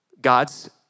God's